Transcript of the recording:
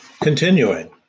Continuing